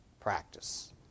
practice